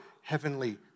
heavenly